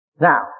Now